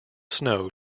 snow